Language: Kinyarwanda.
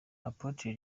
apotre